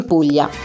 Puglia